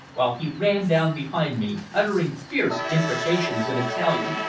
while he ran down behind me, uttering fierce imprecations in italian,